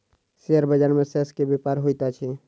share बाजार में shares के व्यापार होइत अछि